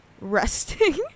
resting